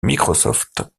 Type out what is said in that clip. microsoft